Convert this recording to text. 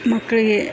ಮಕ್ಕಳಿಗೆ